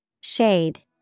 Shade